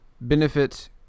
benefit